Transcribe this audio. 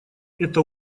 это